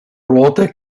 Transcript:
ruote